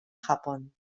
japón